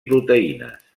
proteïnes